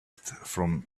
from